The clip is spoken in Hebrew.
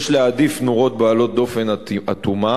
יש להעדיף נורות בעלות דופן אטומה,